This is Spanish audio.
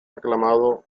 aclamado